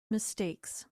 mistakes